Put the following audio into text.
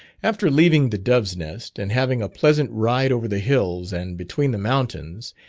after leaving the dove's nest, and having a pleasant ride over the hills and between the mountains,